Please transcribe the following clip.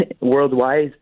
worldwide